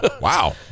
wow